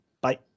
Bye